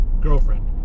girlfriend